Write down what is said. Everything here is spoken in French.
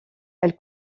elle